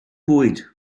bwyd